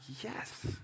yes